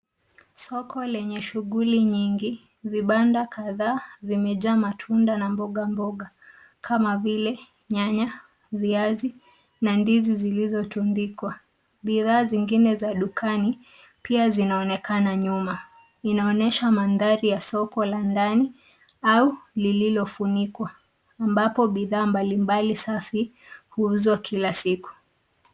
Soko lenye shughuli nyingi. Vibanda kadhaa vimejaa matunda na mboga mboga kama vile nyanya, viazi, na ndizi zilizotundikwa. Bidhaa zingine za dukani pia zinaonekana nyuma. Inaonyesha mandhari ya soko la ndani au lililofunikwa ambapo bidhaa mbalimbali safi huuzwa kila siku.